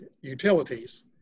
utilities